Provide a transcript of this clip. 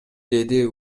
деди